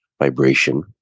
vibration